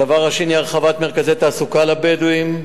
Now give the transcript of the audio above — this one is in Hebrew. הדבר השני, הרחבת מרכזי תעסוקה לבדואים,